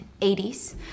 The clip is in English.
80s